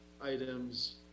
items